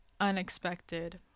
unexpected